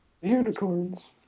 Unicorns